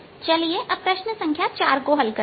चलिए अब प्रश्न संख्या 4 को हल करते हैं